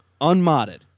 unmodded